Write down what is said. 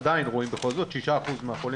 עדיין רואים בכל זאת ש-6% מהחולים,